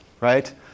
right